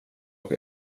och